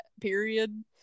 period